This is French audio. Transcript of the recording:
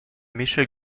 michel